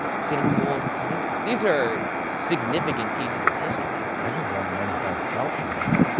sitting bull's pipe? these are significant pieces of history. i just want a mummified falcon now.